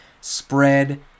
Spread